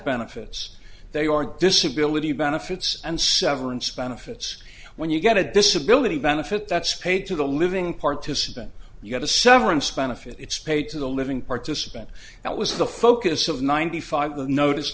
benefits they are disability benefits and severance benefits when you get a disability benefit that's paid to the living participant you get a severance benefits paid to the living participant that was the focus of ninety five the notice